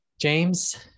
James